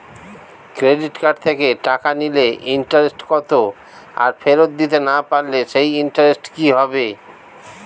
Credit card থেকে টাকা নিলে ইন্টারেস্ট কত আর ফেরত দিতে না পারলে সেই ইন্টারেস্ট কি হবে?